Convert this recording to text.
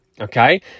okay